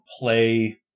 play